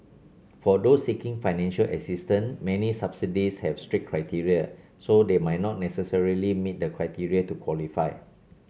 for those seeking financial assistance many subsidies have strict criteria so they might not necessarily meet the criteria to qualify